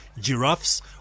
giraffes